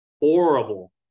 horrible